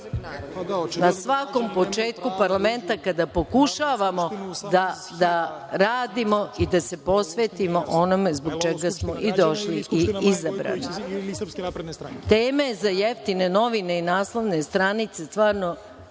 Na svakom početku parlamenta, kada pokušavamo da radimo i da se posvetimo onome zbog čega smo došli i zbog čega smo izabrani. Teme za jeftine novine i naslovne stranice stvarno